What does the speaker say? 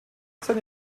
seine